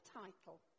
title